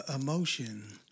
emotion